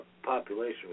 Population